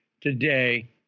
today